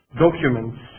documents